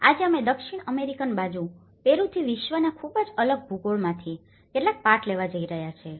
આજે અમે દક્ષિણ અમેરિકન બાજુ પેરુથી વિશ્વના ખૂબ જ અલગ ભૂગોળમાંથી કેટલાક પાઠ લેવા જઈ રહ્યા છીએ